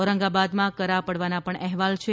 ઔરંગાબાદમાં કરાં પડવાના પણ અહેવાલ છે